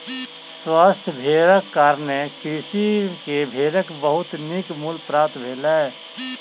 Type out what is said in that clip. स्वस्थ भेड़क कारणें कृषक के भेड़क बहुत नीक मूल्य प्राप्त भेलै